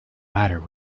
matter